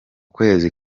kwezi